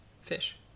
Fish